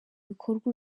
bikorwa